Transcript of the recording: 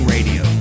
Radio